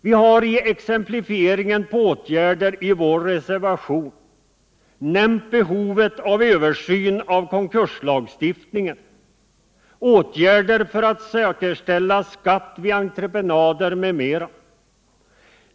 Vi har i exemplifieringen på åtgärder i vår reservation nämnt behovet av översyn av konkurslagstiftningen, åtgärder för att säkerställa skatt vid entreprenader m.m.